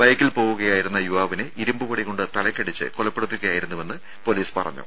ബൈക്കിൽ പോവുകയായിരുന്ന യുവാവിനെ ഇരുമ്പു വടികൊണ്ട് തലയ്ക്കടിച്ച് കൊലപ്പെടുത്തുകയായിരുന്നുവെന്ന് പൊലീസ് പറഞ്ഞു